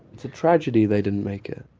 it's a tragedy they didn't make it.